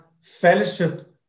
fellowship